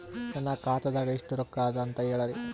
ನನ್ನ ಖಾತಾದಾಗ ಎಷ್ಟ ರೊಕ್ಕ ಅದ ಅಂತ ಹೇಳರಿ?